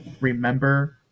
remember